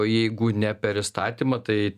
jeigu ne per įstatymą tai